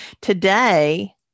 Today